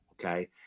okay